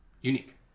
unique